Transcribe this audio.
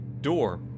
door